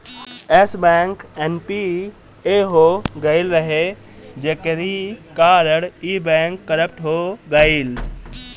Yes Bank NPA हो गईल रहे जेकरी कारण इ बैंक करप्ट हो गईल